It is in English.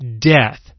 death